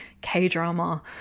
K-drama